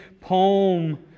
poem